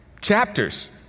chapters